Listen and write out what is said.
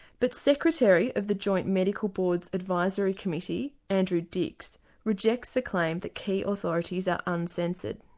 but secretary of the joint medical board's advisory committee, andrew dix rejects the claim that key authorities are uncensored.